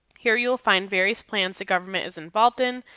here you'll find various plans the government is involved in,